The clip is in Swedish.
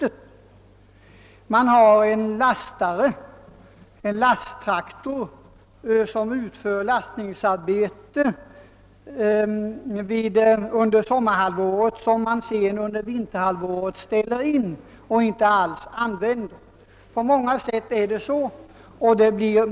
Det blir vanligare och vanligare att man håller sig med en lasttraktor som man begagnar för lastningsarbete under sommarhalvåret men ställer in under vinterhalvåret och då inte alls använder.